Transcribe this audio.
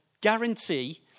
guarantee